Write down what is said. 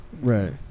right